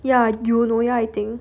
ya eunoia I think